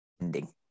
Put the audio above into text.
ending